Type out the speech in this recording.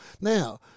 now